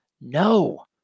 No